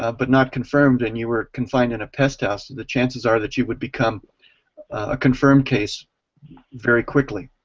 ah but not confirmed and you were confined in a pest house, the chances are that you would become a confirmed case very quickly.